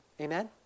Amen